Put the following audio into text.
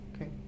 Okay